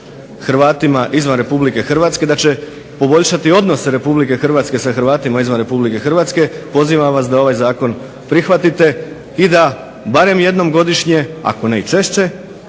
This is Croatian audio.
Hrvatima izvan Republike Hrvatske, da će poboljšati odnose Republike Hrvatske sa Hrvatima izvan Republike Hrvatske, pozivam vas da ovaj zakon prihvatite i da barem jednom godišnje ako ne i češće,